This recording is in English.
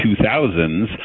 2000s